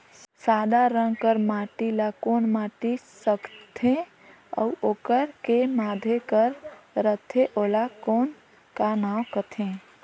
सादा रंग कर माटी ला कौन माटी सकथे अउ ओकर के माधे कर रथे ओला कौन का नाव काथे?